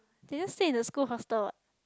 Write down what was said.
did just say the school hostel